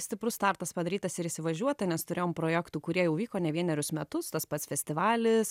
stiprus startas padarytas ir įsivažiuota nes turėjom projektų kurie jau vyko ne vienerius metus tas pats festivalis